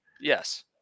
Yes